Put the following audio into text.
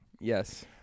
Yes